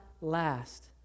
last